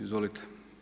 Izvolite.